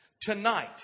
Tonight